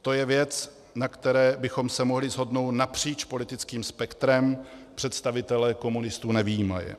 To je věc, na které bychom se mohli shodnout napříč politickým spektrem, představitele komunistů nevyjímaje.